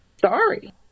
Sorry